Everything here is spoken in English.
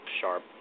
sharp